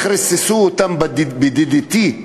ריססו אותם ב-DDT,